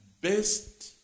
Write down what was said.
best